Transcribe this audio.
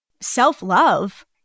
self-love